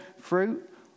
fruit